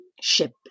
ship